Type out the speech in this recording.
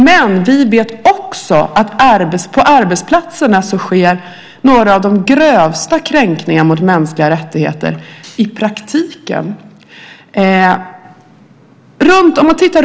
Men vi vet också att på arbetsplatserna sker några av de grövsta kränkningarna av mänskliga rättigheter i praktiken.